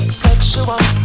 sexual